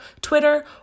Twitter